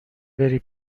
بری